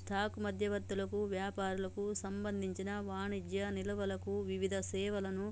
stock మధ్యవర్తులకు, వ్యాపారులకు సంబంధించిన వాణిజ్య నిల్వలకు వివిధ సేవలను